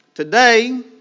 Today